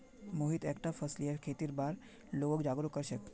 मोहित एकता फसलीय खेतीर बार लोगक जागरूक कर छेक